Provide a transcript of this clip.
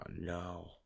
no